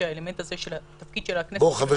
האלמנט הזה של התפקיד של הכנסת --- אני